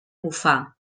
bufar